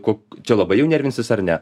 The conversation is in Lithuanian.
ko čia labai jau nervinsis ar ne